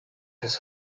his